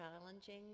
challenging